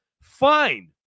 fine